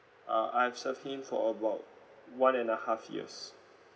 uh I've served him for about one and a half years